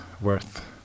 worth